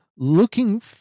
looking